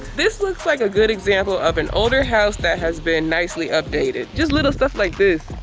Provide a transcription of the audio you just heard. this looks like a good example of an older house that has been nicely updated. just little stuff like this.